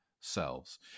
selves